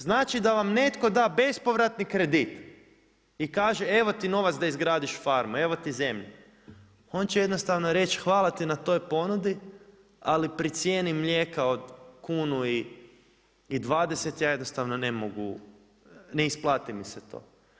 Znači da vam netko da bespovratni kredit i kaže evo ti novac da izgradiš farmu, evo ti zemlja, on će jednostavno reći hvala ti na toj ponudi ali pri cijeni mlijeka od 1,20kn ja jednostavno ne mogu, ne isplati mi se to.